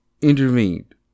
intervened